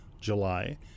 July